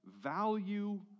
value